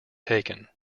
taken